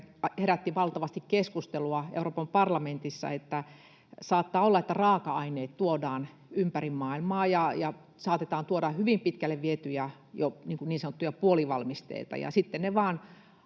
herätti valtavasti keskustelua Euroopan parlamentissa, että saattaa olla, että raaka-aineet tuodaan ympäri maailmaa ja saatetaan tuoda jo hyvin pitkälle vietyjä niin sanottuja puolivalmisteita